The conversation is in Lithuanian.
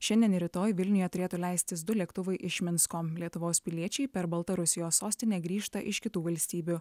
šiandien ir rytoj vilniuje turėtų leistis du lėktuvai iš minsko lietuvos piliečiai per baltarusijos sostinę grįžta iš kitų valstybių